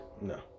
No